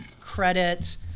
credit